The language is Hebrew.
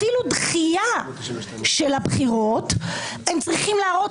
אפילו דחייה של הבחירות הם צריכים להראות